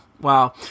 Wow